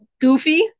goofy